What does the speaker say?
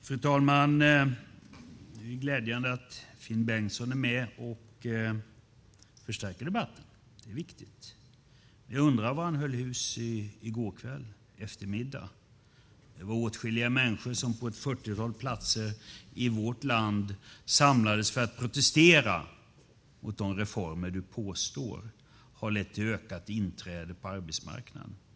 Fru talman! Det är glädjande att Finn Bengtsson är med och förstärker debatten; det är viktigt. Men jag undrar var han höll hus i går eftermiddag då åtskilliga människor på ett fyrtiotal platser i vårt land samlades för att protestera mot de reformer som du, Finn Bengtsson, påstår har lett till ett ökat inträde på arbetsmarknaden.